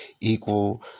equal